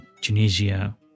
Tunisia